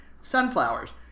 sunflowers